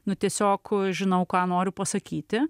nu tiesiog žinau ką noriu pasakyti